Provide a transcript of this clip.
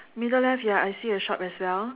middle left ya I see a shop as well